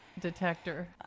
detector